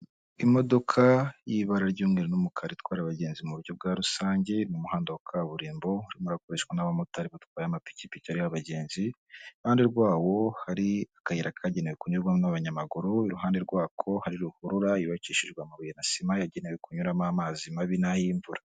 Imodoka y'ibara ry'umweru n'umukara itwara abagenzi mu buryo bwa rusange, ni umuhanda wa kaburimbo, urimo urakoreshwa n'abamotari batwaye amapikipiki ariho abagenzi, iruhande rwawo hari akayira kagenewe kunyurwamo n'abanyamaguru, iruhande rwako hari ruhurura, yubakishijwe amabuye na sima yagenewe kunyuramo amazi mabi n'ay'imvura.